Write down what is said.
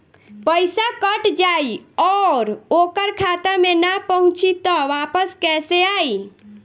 पईसा कट जाई और ओकर खाता मे ना पहुंची त वापस कैसे आई?